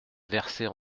verser